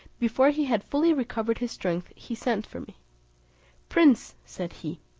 before he had fully recovered his strength he sent for me prince, said he,